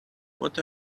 what